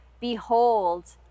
Behold